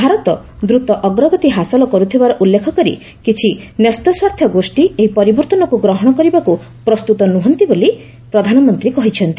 ଭାରତ ଦ୍ରତ ଅଗ୍ରଗତି ହାସଲ କରୁଥିବାର ଉଲ୍ଲେଖ କରି କିଛି ନ୍ୟସ୍ତସ୍ୱାର୍ଥଗୋଷ୍ଠୀ ଏହି ପରିବର୍ତ୍ତନକୁ ଗ୍ରହଣ କରିବାକୁ ପ୍ରସ୍ତୁତ ନାହାନ୍ତି ବୋଲି ପ୍ରଧାନମନ୍ତ୍ରୀ କହିଛନ୍ତି